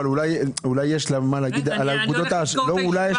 אולי יש לה מה להגיד על אגודות האשראי.